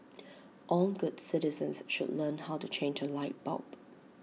all good citizens should learn how to change A light bulb